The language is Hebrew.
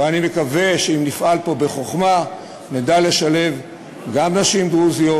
ואני מקווה שאם נפעל פה בחוכמה נדע לשלב גם נשים דרוזיות,